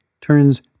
turns